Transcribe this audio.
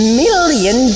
million